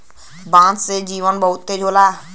बांस के जीवन बहुत होला